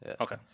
Okay